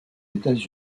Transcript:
états